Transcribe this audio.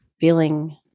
feeling